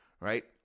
right